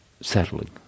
settling